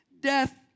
Death